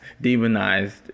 demonized